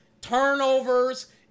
turnovers